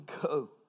go